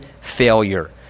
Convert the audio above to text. failure